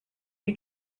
new